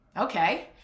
okay